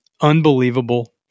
Unbelievable